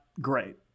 great